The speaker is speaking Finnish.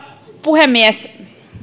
puhemies